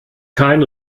kein